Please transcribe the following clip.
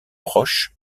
proche